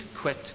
quit